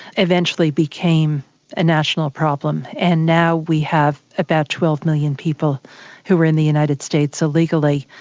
eventually became a national problem, and now we have about twelve million people who are in the united states illegally,